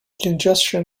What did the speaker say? congestion